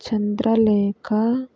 Chandralekha